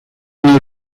nos